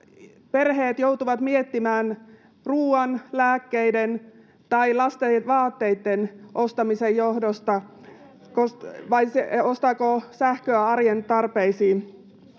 perheet joutuvat miettimään ruoan, lääkkeiden tai lastenvaateitten ostamisen johdosta, ostaako sähköä arjen tarpeisiin.